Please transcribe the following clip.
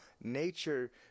nature